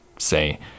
say